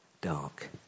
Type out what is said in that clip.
dark